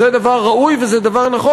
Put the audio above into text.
זה דבר ראוי וזה דבר נכון,